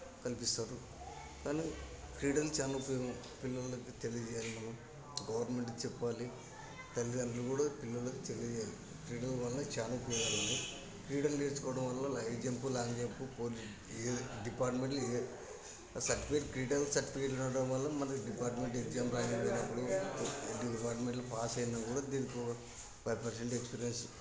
కలిపిస్తారు కానీ క్రీడలు చాలా ఉపయోగం పిల్లలకి తెలియచేయాలి మనం గవర్నమెంట్కి చెప్పాలి తల్లిదండ్రులు కూడా పిల్లలకి తెలియచేయాలి క్రీడల వల్ల చాలా ఉపయోగాలు ఉన్నాయి క్రీడలు నేర్చుకోవడం వలన హై జంప్ లాంగ్ జంప్ పోను ఏ డిపార్ట్మెంట్లో ఏ సర్టిఫికెట్ క్రీడల సర్టిఫికెట్ రావడం వల్ల మనకి డిపార్ట్మెంట్ ఎగ్జామ్ రాయడానికి వెళ్ళినప్పుడు డిపార్ట్మెంట్ ఎగ్జామ్లో పాస్ అయిన కూడా దీంట్లో ఫైవ్ పెర్సెంట్ ఎక్స్పీరియన్స్